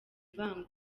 vangura